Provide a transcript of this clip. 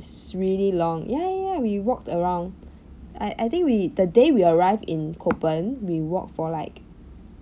it's really long ya ya we walked around I I think we the day we arrived in copen we walked for like